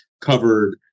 covered